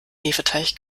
hefeteig